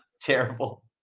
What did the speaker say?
terrible